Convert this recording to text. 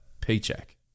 paycheck